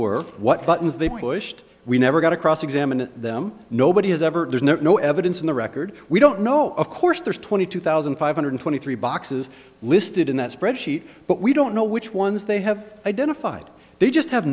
were what buttons they pushed we never got to cross examine them nobody has ever there's no evidence in the record we don't know of course there's twenty two thousand five hundred twenty three boxes listed in that spreadsheet but we don't know which ones they have identified they just have